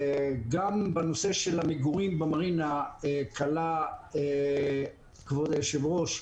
גם בנושא של המגורים במרינה קלע כבוד היושב-ראש.